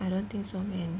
I don't think so man